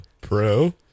Pro